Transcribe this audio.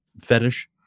fetish